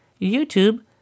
YouTube